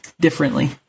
differently